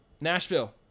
Nashville